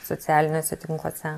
socialiniuose tinkluose